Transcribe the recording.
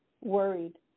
worried